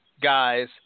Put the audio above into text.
guys